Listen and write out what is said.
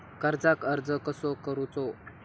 कर्जाक अर्ज कसो करूचो?